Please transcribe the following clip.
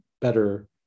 better